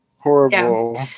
Horrible